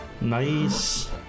Nice